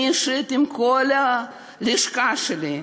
אני אישית עם כל הלשכה שלי,